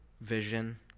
vision